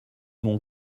mont